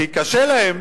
כי קשה להם